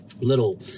little